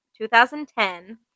2010